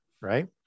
Right